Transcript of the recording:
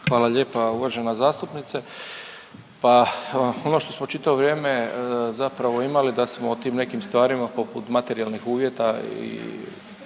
Hvala lijepa uvažena zastupnice. Pa ono što smo čitavo vrijeme zapravo imali da smo o tim nekim stvarima, poput materijalnih uvjeta i